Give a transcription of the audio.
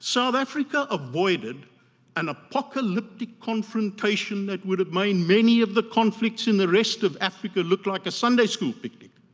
south africa avoided an apocalyptic confrontation that would have made many of the conflicts and the rest of africa look like a sunday school picnic.